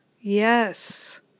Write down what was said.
Yes